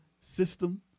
system